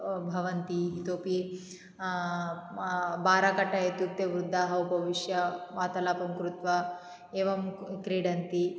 भवन्ति इतोऽपि बाराकट्टा इत्युक्ते वृद्धाः उपविश्य वार्तालापं कृत्वा एवं क्रीडन्ति